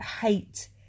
hate